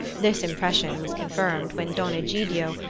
this impression was confirmed when don egidio,